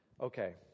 Okay